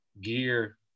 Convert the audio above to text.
gear